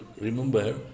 remember